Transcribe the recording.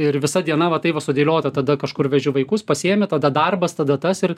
ir visa diena va taip va sudėliota tada kažkur vežiu vaikus pasiėmi tada darbas tada tas ir